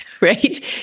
right